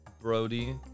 Brody